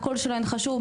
הקול שלהן חשוב,